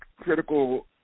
critical